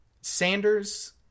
Sanders